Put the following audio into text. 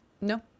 No